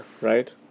right